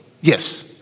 Yes